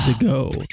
ago